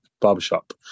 barbershop